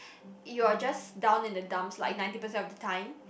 you are just down in the dumps like ninety percent of the time